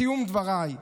בסיום דבריי,